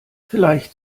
vielleicht